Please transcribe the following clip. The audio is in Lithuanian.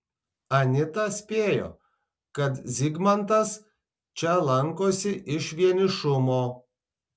anita spėjo kad zygmantas čia lankosi iš vienišumo